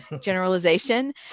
generalization